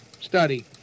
study